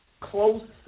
close